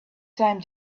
time